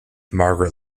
margaret